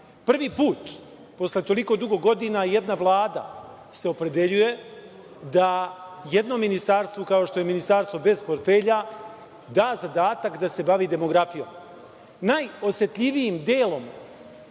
put posle toliko dugo godina jedna Vlada se opredeljuje da jednom ministarstvu, kao što je Ministarstvo bez portfelja, da zadatak da se bavi i demografijom, najosetljivijim delom